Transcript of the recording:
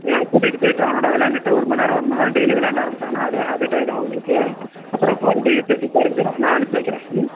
நான் கூட்டிகிட்டு போயிட்டு அவனோடு விளையாண்டுட்டு ஒரு மணி நேரம் ஒரு மணி நேரம் டெய்லி விளையாட ஆரம்பிச்சாங்கன்னா அதுவே ஹாபிட் ஆகிடும் அவங்களுக்கு அப்புறம் ஃபோனோடய யூஸேஜும் குறஞ்சிரும் நான் அனுப்பிச்சி வை க்கிறேன் ம்